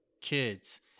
kids